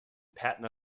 patna